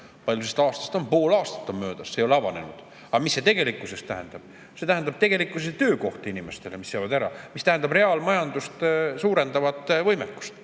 Palju sest möödas on, pool aastat on möödas, see ei ole avanenud. Aga mis see tegelikkuses tähendab? See tähendab tegelikkuses töökohti inimestele, mis jäävad ära, see tähendab reaalmajandust suurendavat võimekust.